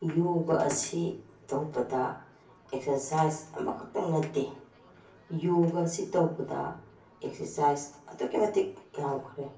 ꯌꯣꯒ ꯑꯁꯤ ꯇꯧꯕꯗ ꯑꯦꯛꯁꯁꯥꯏꯁ ꯑꯃꯈꯛꯇꯪ ꯅꯠꯇꯦ ꯌꯣꯒ ꯑꯁꯤ ꯇꯧꯕꯗ ꯑꯦꯛꯁꯁꯥꯏꯁ ꯑꯗꯨꯛꯀꯤ ꯃꯇꯤꯛ ꯌꯥꯝꯈ꯭ꯔꯦ